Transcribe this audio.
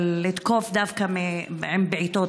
לתקוף דווקא עם בעיטות